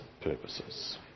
purposes